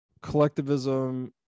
collectivism